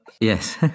yes